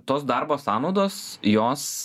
tos darbo sąnaudos jos